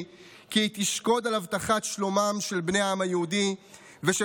כי תשקוד על הבטחת שלומם של בני העם היהודי ושל